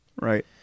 Right